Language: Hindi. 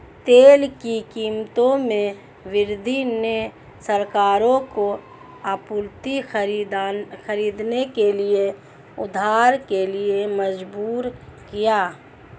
तेल की कीमतों में वृद्धि ने सरकारों को आपूर्ति खरीदने के लिए उधार के लिए मजबूर किया